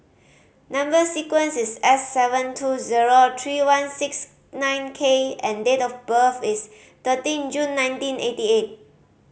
number sequence is S seven two zero three one six nine K and date of birth is thirteen June nineteen eighty eight